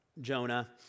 Jonah